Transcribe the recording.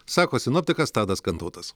sako sinoptikas tadas kantautas